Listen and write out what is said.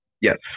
Yes